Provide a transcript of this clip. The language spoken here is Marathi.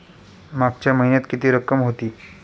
मागच्या महिन्यात किती रक्कम होती?